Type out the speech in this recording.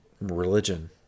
Religion